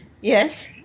Yes